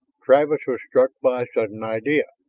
travis was struck by a sudden idea,